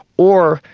or,